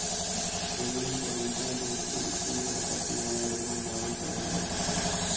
एमन पुरनका दूठे स्कीम के हटा के नया योजना लागू करल गयल हौ